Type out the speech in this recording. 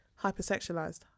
Hypersexualized